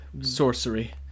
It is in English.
sorcery